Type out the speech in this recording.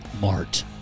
Mart